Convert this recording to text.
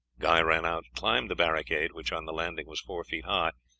guy ran out, climbed the barricade which on the landing was four feet high,